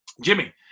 Jimmy